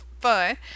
fun